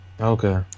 Okay